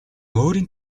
өөрийн